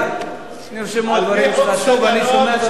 לא,